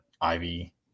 Ivy